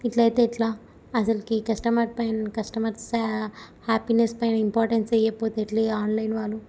ఇట్లయితే ఎట్లా అసలకి కస్టమర్ పైన కస్టమర్స్ హ్యాపీనెస్ పైన ఇంపార్టెన్స్ ఇవ్వకపోతే ఎలా ఇంకా ఆన్లైన్ వాళ్ళు